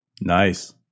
Nice